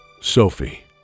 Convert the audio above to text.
Sophie